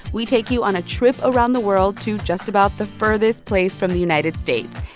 we take you on a trip around the world to just about the furthest place from the united states,